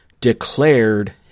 declared